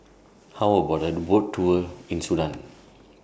How about A Boat Tour in Sudan